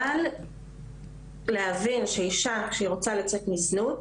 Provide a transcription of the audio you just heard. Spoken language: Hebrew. אבל להבין שאישה כשהיא רוצה לצאת מזנות,